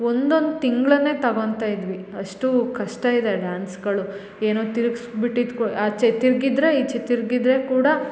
ಒಂದೊಂದು ತಿಂಗಳನ್ನೇ ತಗೊತಾ ಇದ್ವಿ ಅಷ್ಟು ಕಷ್ಟ ಇದೆ ಡಾನ್ಸ್ಗಳು ಏನೊ ತಿರಗ್ಸಿ ಬಿಟ್ಟಿದೆ ಕೂಡ ಆಚೆ ತಿರ್ಗಿದ್ದರೆ ಈಚೆ ತಿರ್ಗಿದ್ದರೆ ಕೂಡ